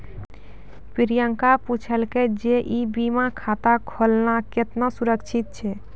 प्रियंका पुछलकै जे ई बीमा खाता खोलना केतना सुरक्षित छै?